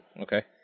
Okay